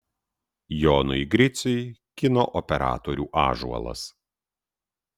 jonui griciui kino operatorių ąžuolas